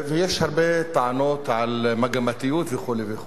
ויש הרבה טענות על מגמתיות וכו' וכו'.